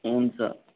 हुन्छ